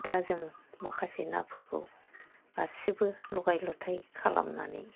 दा जों माखासे नाफोरखौ गासिबो लगाय लथाय खालामनानै